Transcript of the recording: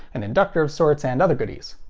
an inductor of sorts, and other goodies.